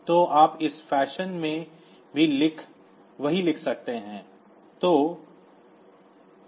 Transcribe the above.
तो आप इस फैशन में भी वही लिख सकते हैं